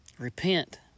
Repent